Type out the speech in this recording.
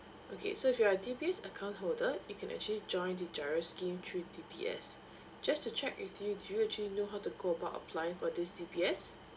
okay so if you are a D_B_S account holder you can actually join the GIRO scheme through D_B_S just to check with you do you actually know how to go about applying for this D_B_S